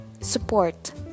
support